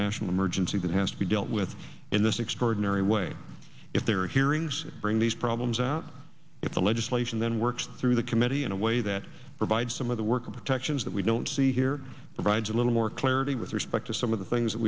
national emergency that has to be dealt with in this extraordinary way if there are hearings bring these problems out if the legislation then works through the committee in a way that provides some of the worker protections that we don't see here provides a little more clarity with respect to some of the things that